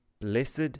blessed